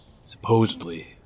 supposedly